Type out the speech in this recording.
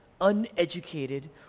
uneducated